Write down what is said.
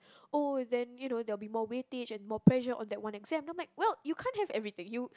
oh then you know there will be more weightage and more pressure on that one exam I'm like well you can't have everything you